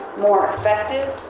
more effective,